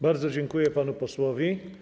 Bardzo dziękuję panu posłowi.